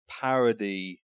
parody